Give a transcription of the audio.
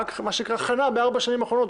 רק מה --- בארבע השנים האחרונות,